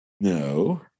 No